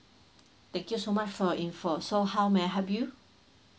thank you so much for your info so how may I help you